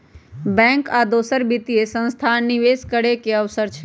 bank आ दोसर वित्तीय संस्थान निवेश करे के अवसर देई छई